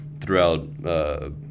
throughout